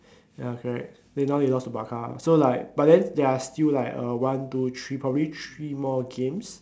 ya correct then now they lost to Barca so like but then they're still like uh one two three probably three more games